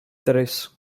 tres